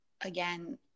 again